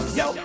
yo